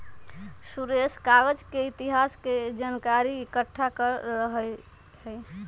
सुरेश कागज के इतिहास के जनकारी एकट्ठा कर रहलई ह